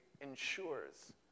ensures